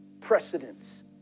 precedence